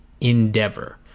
endeavor